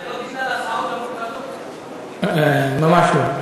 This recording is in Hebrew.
זה לא בגלל, ממש לא.